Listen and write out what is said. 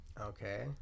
Okay